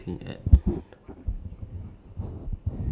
what other what ya what other job